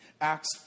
Acts